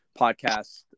podcast